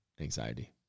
anxiety